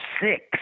six